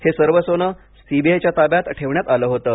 हे सर्व सोने सीबीआयच्या ताब्यात ठेवण्यात आलं होतं